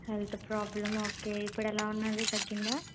health problem okay ఇప్పుడు ఎలా ఉంది తగ్గిందా